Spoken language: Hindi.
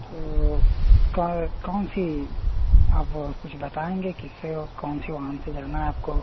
तो कौन सी आप कुछ बताएँगे किससे और कौन से वाहन से जाना है आपको